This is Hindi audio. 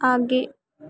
आगे